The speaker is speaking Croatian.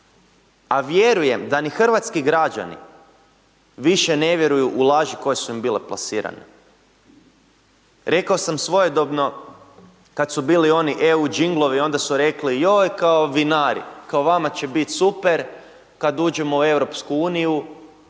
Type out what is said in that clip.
a vjerujem da ni hrvatski građani više ne vjeruju u laži koje su im bile plasirane. Rekao sam svojedobno kad su bili oni EU đinglovi, onda su rekli joj kao vinari, kao vama će biti super kad uđemo u EU,